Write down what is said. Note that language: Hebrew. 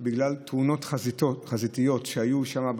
בגלל תאונות חזיתיות שהיו שם,